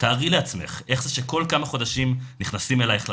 תארי לעצמך איך זה שכל כמה חודשים נכנסים אליך לבית,